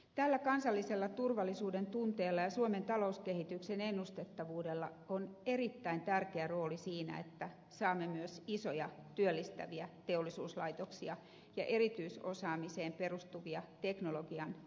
tällä kansallisella turvallisuudentunteella ja suomen talouskehityksen ennustettavuudella on erittäin tärkeä rooli siinä että saamme myös isoja työllistäviä teollisuuslaitoksia ja erityisosaamiseen perustuvia teknologian yrityksiä maahamme